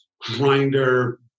grinder